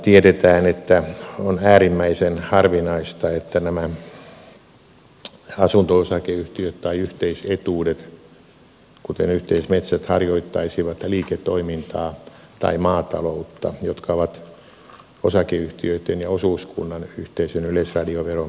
tiedetään että on äärimmäisen harvinaista että nämä asunto osakeyhtiöt tai yhteisetuudet kuten yhteismetsät harjoittaisivat liiketoimintaa tai maataloutta jotka ovat osakeyhtiöitten ja osuuskunnan yhteisön yleisradioveron perusteena